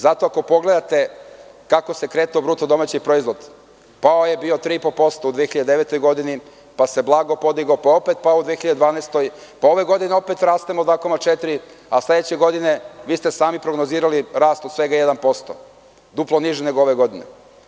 Zato, ako pogledate kako se kretao BDP, pao je 3,5% u 2009. godini, pa se blago podigao, pa opet pao u 2012. godini, pa ove godine opet rastemo 2,4%, a sledeće godine ste sami prognozirali rast od svega 1%, duplo niži nego ove godine.